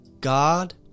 God